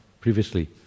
previously